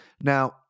Now